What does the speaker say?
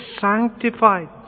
sanctified